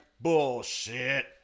bullshit